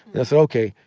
yeah said, okay,